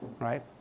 right